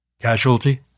Casualty